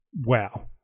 Wow